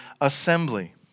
assembly